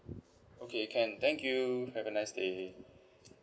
okay can thank you have a nice day